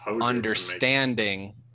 understanding